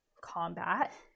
combat